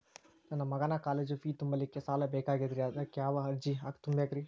ನನ್ನ ಮಗನ college fee ತುಂಬಲಿಕ್ಕೆ ಸಾಲ ಬೇಕಾಗೆದ್ರಿ ಅದಕ್ಯಾವ ಅರ್ಜಿ ತುಂಬೇಕ್ರಿ?